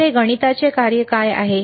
तर हे गणिताचे कार्य काय आहे